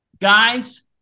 guys